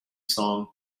song